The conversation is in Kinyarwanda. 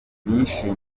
nishimiye